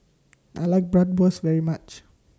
I like Bratwurst very much